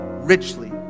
richly